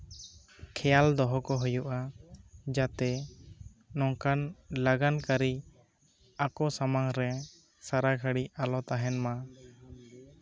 ᱠᱷᱮᱭᱟᱞ ᱫᱚᱦᱚ ᱠᱚ ᱦᱩᱭᱩᱜᱼᱟ ᱡᱟᱛᱮ ᱱᱚᱝᱠᱟᱱ ᱞᱟᱜᱟᱱ ᱠᱟᱨᱤ ᱟᱠᱚ ᱥᱟᱢᱟᱝ ᱨᱮ ᱥᱟᱨᱟ ᱜᱷᱟ ᱲᱤᱡ ᱟᱞᱚ ᱛᱟᱦᱮᱱ ᱢᱟ